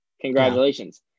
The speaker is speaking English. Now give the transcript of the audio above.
congratulations